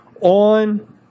on